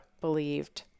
believed